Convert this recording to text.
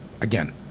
Again